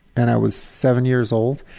and i was seven years old.